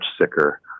sicker